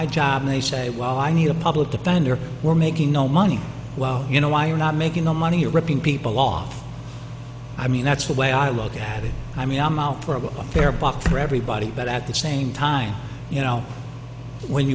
my job and they say well i need a public defender we're making no money well you know why you're not making the money you're ripping people off i mean that's the way i look at it i mean i'm out for a fair profit for everybody but at the same time you know when